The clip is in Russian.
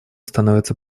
становится